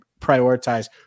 prioritize